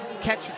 catch